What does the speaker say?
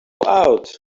out